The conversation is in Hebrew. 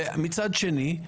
מצד שני,